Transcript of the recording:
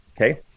Okay